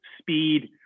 speed